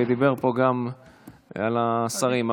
ודיבר פה גם על השרים,